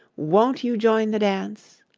won't you join the dance?